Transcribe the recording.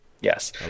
Yes